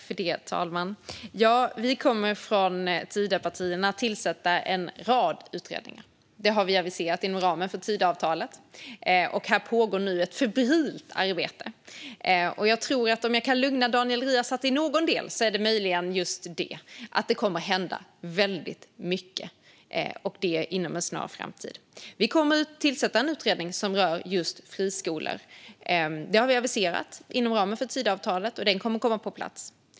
Herr talman! Vi från Tidöpartierna kommer att tillsätta en rad utredningar. Det har vi aviserat inom ramen för Tidöavtalet. Och här pågår nu ett febrilt arbete. Om jag kan lugna Daniel Riazat i någon del är det möjligen där, alltså att det kommer att hända väldigt mycket inom en snar framtid. Vi kommer att tillsätta en utredning som rör just friskolor. Det har vi aviserat inom ramen för Tidöavtalet, och den kommer att komma på plats.